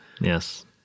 Yes